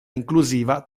inclusiva